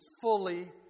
fully